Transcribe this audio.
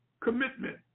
commitment